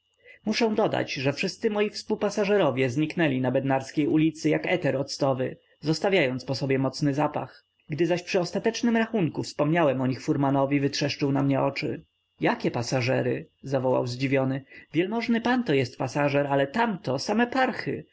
muszę dodać że wszyscy moi współpasażerowie znikli na bednarskiej ulicy jak eter octowy zostawiając po sobie mocny zapach gdy zaś przy ostatecznym rachunku wspomniałem o nich furmanowi wytrzeszczył na mnie oczy jakie pasażery zawołał zdziwiony wielmożny pan to jest pasażer ale tamto same parchy